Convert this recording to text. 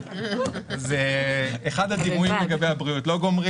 אחד הדימויים לגבי הבריאות לא גומלים